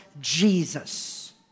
Jesus